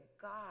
God